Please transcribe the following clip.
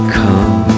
come